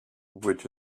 which